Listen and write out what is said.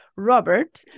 Robert